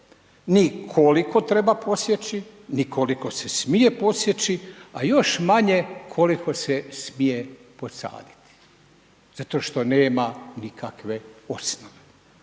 ni koliko treba posjeći ni koliko se smije posjeći a još manje koliko se smije posaditi zato što nema nikakve osnove.